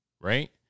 right